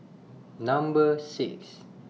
Number six